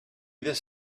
this